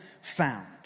found